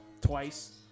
twice